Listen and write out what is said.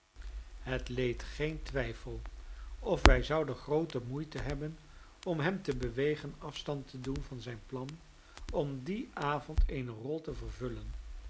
het leed geen twijfel of wij zouden groote moeite hebben om hem te bewegen afstand te doen van zijn plan om dien avond eene rol te vervullen